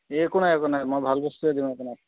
এই একো নাই একো নাই মই ভাল বস্তুৱে দিম আপোনাক